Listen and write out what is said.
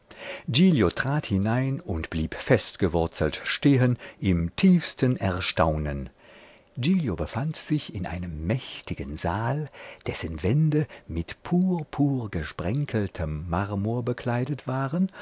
trat hinein und blieb festgewurzelt stehen im tiefsten erstaunen giglio befand sich in einem mächtigen saal dessen wände mit purpurgesprenkeltem marmor bekleidet waren